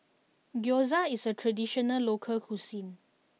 Gyoza is a traditional local cuisine